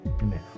Amen